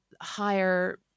higher